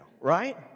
right